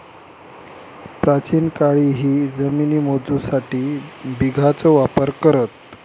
प्राचीन काळीही जमिनी मोजूसाठी बिघाचो वापर करत